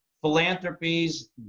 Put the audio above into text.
philanthropies